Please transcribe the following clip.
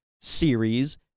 series